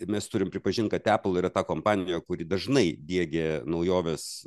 mes turim pripažint kad apple yra ta kompanija kuri dažnai diegia naujovės